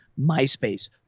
myspace